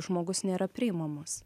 žmogus nėra priimamas